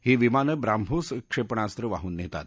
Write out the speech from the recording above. ही विमानं ब्राह्मोस क्षेपणास्त्र वाहून नेतात